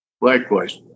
Likewise